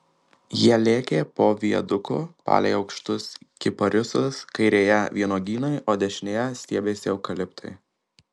jie lėkė po viaduku palei aukštus kiparisus kairėje vynuogynai o dešinėje stiebėsi eukaliptai